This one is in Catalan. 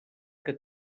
que